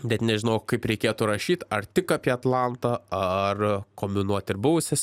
net nežinojau kaip reikėtų rašyt ar tik apie atlantą ar kombinuoti ir buvusias